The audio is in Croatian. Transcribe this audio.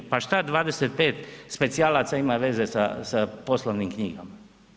Pa šta 25 specijalaca ima veze sa poslovnim knjigama?